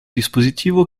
dispositivo